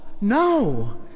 No